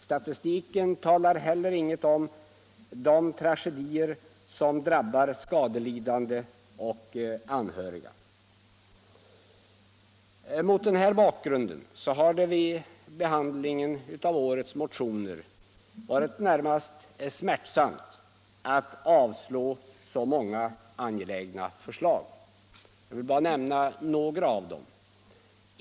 Statistiken säger heller ingenting om de tragedier som drabbar skadelidande och anhöriga. Mot den här bakgrunden har det vid behandlingen av årets motioner varit närmast smärtsamt att avstyrka så många angelägna förslag. Jag vill bara nämna några av dem.